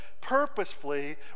purposefully